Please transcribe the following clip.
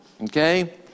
Okay